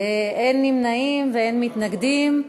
אין נמנעים ואין מתנגדים.